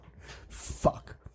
Fuck